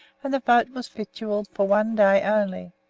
and the boat was victualled for one day only.